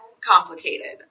complicated